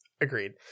Agreed